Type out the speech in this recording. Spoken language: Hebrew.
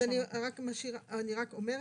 אני רק אומרת